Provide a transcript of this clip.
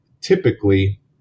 typically